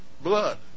blood